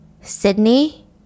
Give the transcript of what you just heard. Sydney